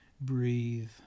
breathe